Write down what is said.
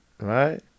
Right